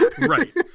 Right